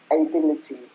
Ability